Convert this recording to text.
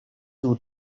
two